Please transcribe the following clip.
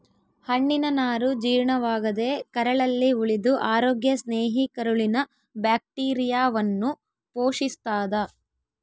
ಹಣ್ಣಿನನಾರು ಜೀರ್ಣವಾಗದೇ ಕರಳಲ್ಲಿ ಉಳಿದು ಅರೋಗ್ಯ ಸ್ನೇಹಿ ಕರುಳಿನ ಬ್ಯಾಕ್ಟೀರಿಯಾವನ್ನು ಪೋಶಿಸ್ತಾದ